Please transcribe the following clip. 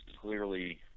clearly